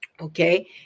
Okay